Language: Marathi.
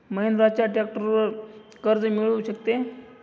महिंद्राच्या ट्रॅक्टरवर किती कर्ज मिळू शकते?